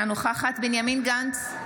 נוכחת בנימין גנץ,